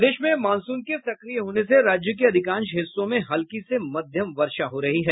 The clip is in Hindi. प्रदेश में मॉनसून के सक्रिय होने से राज्य के अधिकांश हिस्सों में हल्की से मध्यम वर्षा हो रही है